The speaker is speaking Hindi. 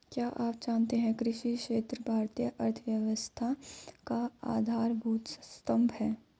क्या आप जानते है कृषि क्षेत्र भारतीय अर्थव्यवस्था का आधारभूत स्तंभ है?